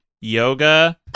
yoga